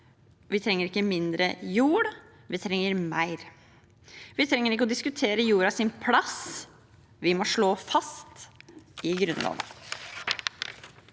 vi trenger ikke mindre jord – vi trenger mer jord. Vi trenger ikke å diskutere jordas plass – vi må slå det fast i Grunnloven.